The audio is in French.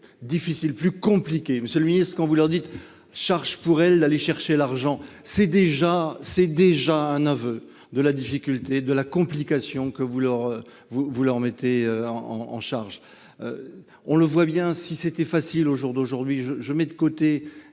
difficile plus compliqué. Monsieur le Ministre, quand vous leur dites charge pour elle d'aller chercher l'argent c'est déjà c'est déjà un aveu de la difficulté de la complication que vous leur vous vous le remettez en en charge. On le voit bien, si c'était facile, au jour d'aujourd'hui je je mets de côté